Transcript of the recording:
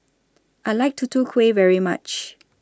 I like Tutu Kueh very much